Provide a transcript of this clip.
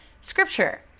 scripture